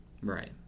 Right